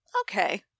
okay